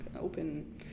open